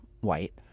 white